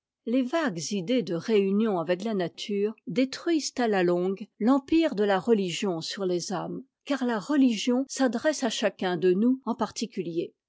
les vagues idées de réunion avec la nature détruisent à la longue l'empire de la religion sur les âmes car la religion s'adresse à chacun de nous en particulier